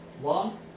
one